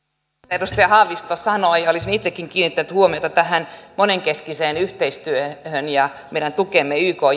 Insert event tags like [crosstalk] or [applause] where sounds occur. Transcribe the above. edustaja haavisto sanoi ja olisin itsekin kiinnittänyt huomiota tähän monenkeskiseen yhteistyöhön ja meidän tukeemme yk [unintelligible]